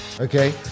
okay